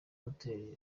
hotel